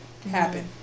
happen